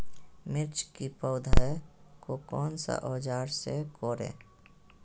मिर्च की पौधे को कौन सा औजार से कोरे?